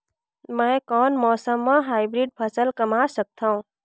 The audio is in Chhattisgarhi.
मै कोन मौसम म हाईब्रिड फसल कमा सकथव?